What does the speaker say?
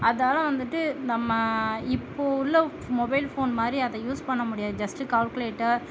அதனால வந்துட்டு நம்ம இப்போது உள்ள மொபைல் ஃபோன் மாதிரி அதை யூஸ் பண்ண முடியாது ஜஸ்ட் கால்குலேட்டர்